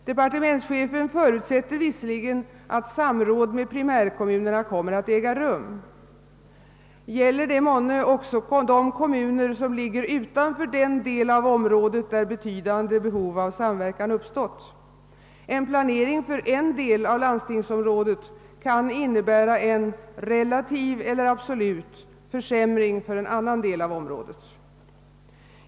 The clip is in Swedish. Departementschefen förutsätter visserligen att samråd med primärkommunerna kommer att äga rum. Gäller detta månne även de kommuner som ligger utanför den del av området, där betydande behov av samverkan uppstått? En planering för en del av landstingsområdet kan innebära en — relativ eller absolut — försämring för en annan del av området.